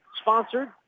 sponsored